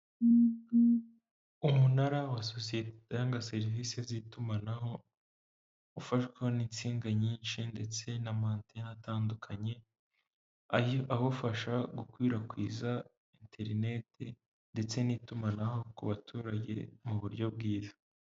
Umunara wa sosiyete itanga serivisi z'itumanaho ufashweho n'insinga nyinshi ndetse n'amaateni atandukanye. Awufasha gukwirakwiza iterineti ndetse n'itumanaho ku baturage mu buryo bwiza.